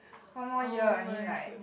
one more year I mean like